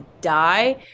die